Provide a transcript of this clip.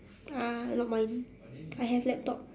uh not mine I have laptop